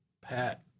Pat